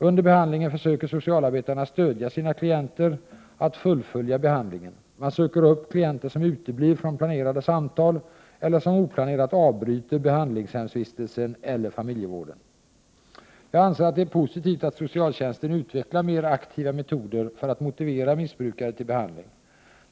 Under behandlingen försöker socialarbetarna stödja sina klien Prot. 1988/89:123 ter så att de kan fullfölja behandlingen. Man söker upp klienter som uteblir 29 maj 1989 från planerade samtal eller som oplanerat avbryter behandlingshemsvistelsen eller familjevården. Jag anser att det är positivt att socialtjänsten utvecklar mer aktiva metoder för att motivera missbrukare till behandling.